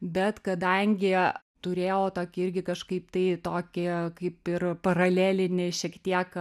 bet kadangi turėjau tokį irgi kažkaip tai tokį kaip ir paralelinį šiek tiek